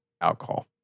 alcohol